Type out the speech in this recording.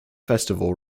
festival